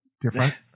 different